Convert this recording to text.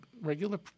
regular